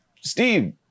Steve